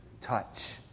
touch